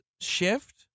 shift